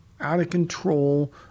out-of-control